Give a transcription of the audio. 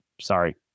sorry